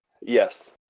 Yes